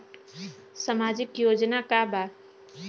सामाजिक योजना का बा?